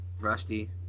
Rusty